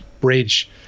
bridge